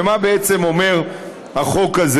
ומה בעצם אומר החוק הזה?